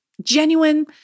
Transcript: genuine